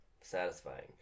Satisfying